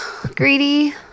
Greedy